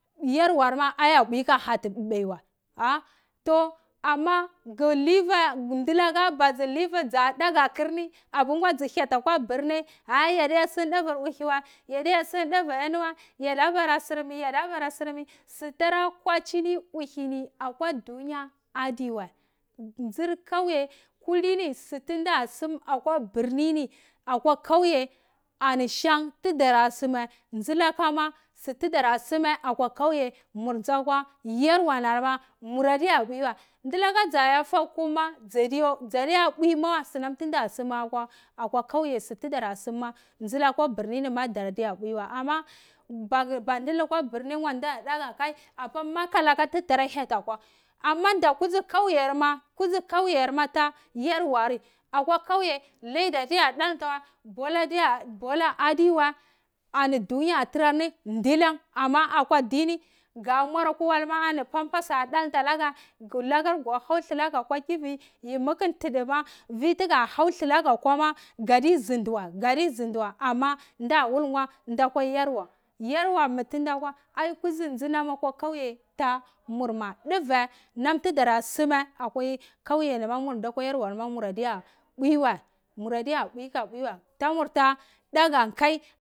Yarwama apwi ka hati ba bai wai ah toh ama dulaka madzu livi dza daga kurni apa njwa dzu hyati akwa birnai ai yadia sum duvor uhi wai yadiyasom duvu hani wai yada bora surmi yada bora surmi su tara kworini ahi akwa dunya adiwoai ndur kauyai ni suna sum akwan kauye ni akwa birni ani shan tudara suma dulaha ma su tudara sum akwa kauye mur nzunam akwa yorwa ni ma muradiya bwi wai ndulaka ada ya fah kum ma dzadiya bwi ma wai sunam kunada pwi akwa birnai ni ma adiyo pwi wai ama mandu lukwa birni ngwa nda daga daga kai apa maka loka tudar toya hyatiakwa oma nda kudzi kavy arma ta yarwa riatwa kauye leda aviya dalnta wai bola adi wai ani dunyada tarar ni ndulan ama kwa dini ga tarama ani pampas ada dalnto lagu latumo ma how lula geh akwo kiyi yimi ntudu ma vi tuga hau lulageh ma kwo gadi zundi wai ama ndowil ngwa ndakwa yarwo yarwa mi tinda kwa ai kudzi ndi hamakwa kaiye tamur ma duvai nom tudara suma akwa kauye ma akwa kauyar ma akwa yorwar ma yardiya bwi wai tamur to da ka kai.